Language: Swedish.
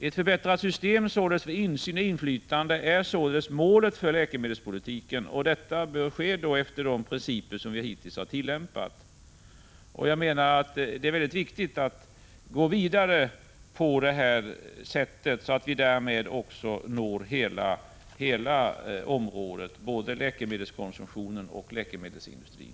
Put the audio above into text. Ett förbättrat system för insyn och inflytande är således målet för läkemedelspolitiken och detta bör följa de principer som vi hittills har tillämpat. Jag anser att det är mycket viktigt att gå vidare så att vi når hela området, både läkemedelskonsumtionen och läkemedelsindustrin.